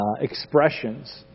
expressions